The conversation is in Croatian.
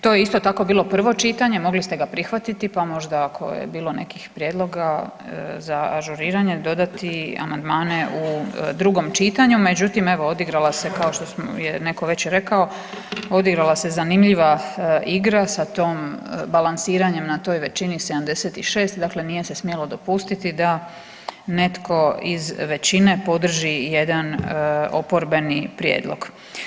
To je isto tako bilo prvo čitanje, mogli ste ga prihvatiti, pa možda ako je bilo nekih prijedloga za ažuriranje dodati amandmane u drugom čitanju, međutim evo odigrala se kao što je neko već rekao, odigrala se zanimljiva igra sa tom, balansiranjem na toj većini 76, dakle nije se smjelo dopustiti da netko iz većine podrži jedan oporbeni prijedlog.